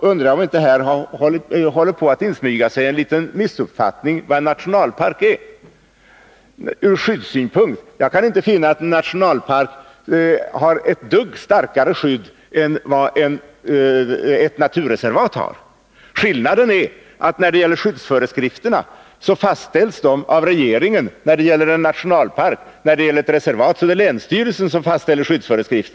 undrar jag om det inte håller på att insmyga sig en liten missuppfattning om vad en nationalpark är ur skyddssynpunkt. Jag kan inte finna att en nationalpark har ett dugg starkare skydd än ett naturreservat har. Skillnaden beträffande skyddsföreskrifterna är att de fastställs av regeringen när det gäller en nationalpark och av länsstyrelsen när det gäller ett naturreservat.